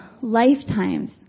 lifetimes